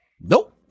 Nope